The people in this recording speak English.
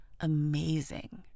Amazing